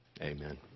Amen